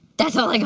that's all like